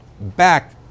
back